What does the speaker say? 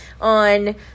on